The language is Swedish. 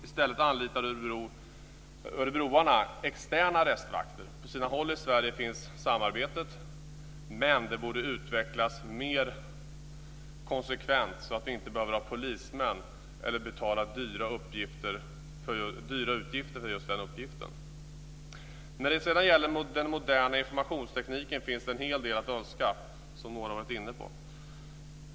I stället anlitar örebroarna externa arrestvakter. På sina håll i Sverige finns samarbetet, men det borde utvecklas mer konsekvent så att det inte behöver vara polismän eller krävs dyra utgifter för just den uppgiften. När det sedan gäller den moderna informationstekniken finns det en hel del att önska, som några har varit inne på.